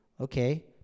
Okay